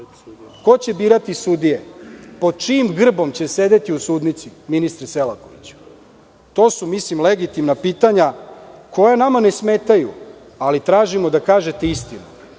Ko će birati sudije? Pod čijim grbom će sedeti u sudnici, ministre Selakoviću? To su legitimna pitanja koja nama ne smetaju, ali tražimo da kažete istinu,